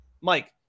Mike